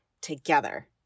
together